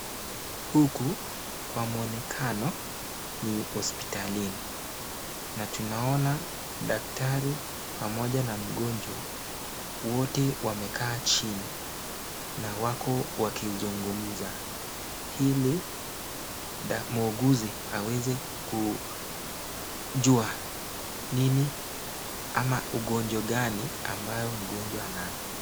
Huku kwa muonekano ni hospitalini. Na tunaona daktari pamoja na mgonjwa, wote wamekaa chini na wako wakizungumza, ili muuguzi aweze kuujua nini ama ugonjwa gani ambayo mgonjwa anayo.